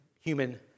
human